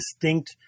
distinct